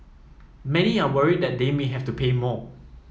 many are worried that they may have to pay more